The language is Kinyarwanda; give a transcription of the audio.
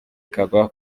ikagwa